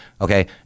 okay